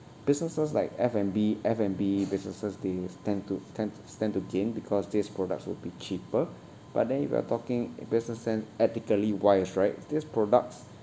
businesses like F&B F&B businesses they stand to stand to stand to gain because these products will be cheaper but then if you are talking business sense ethically wise right these products